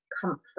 comfort